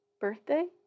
birthday